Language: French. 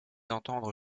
entendre